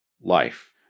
life